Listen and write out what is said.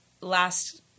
last